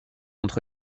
entre